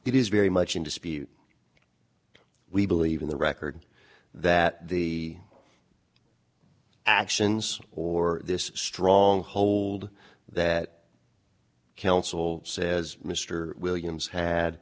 it is very much in dispute we believe in the record that the actions or this strong hold that counsel says mr williams had